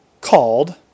called